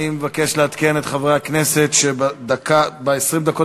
אני מבקש לעדכן את חברי הכנסת שב-20 הדקות